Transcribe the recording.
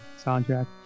soundtrack